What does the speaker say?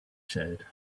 said